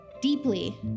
deeply